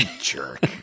jerk